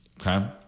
okay